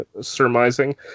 surmising